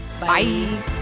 bye